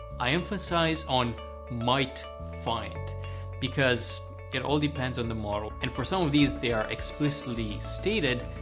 i emphasize on might find because it all depends on the model and for some of these they are explicitly stated,